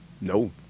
No